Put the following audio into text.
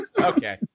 Okay